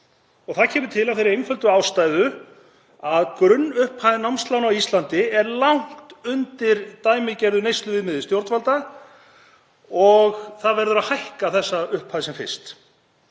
Það kemur til af þeirri einföldu ástæðu að grunnupphæð námslána á Íslandi er langt undir dæmigerðu neysluviðmiði stjórnvalda og þá upphæð verður að hækka sem fyrst.